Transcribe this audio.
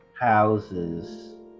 houses